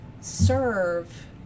serve